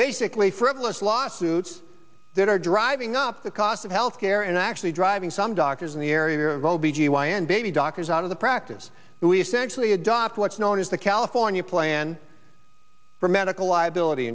basically frivolous lawsuits that are driving up the cost of health care and actually driving some doctors in the area of o b g y n baby doctors out of the practice who essentially adopt what's known as the california plan for medical liability